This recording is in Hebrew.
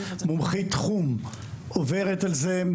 מומחית תחום עוברת על זה,